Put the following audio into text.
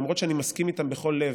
למרות שאני מסכים איתם בכל לב,